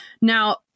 Now